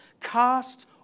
Cast